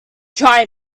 try